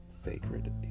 sacred